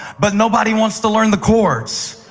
but nobody wants to learn the chords.